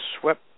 swept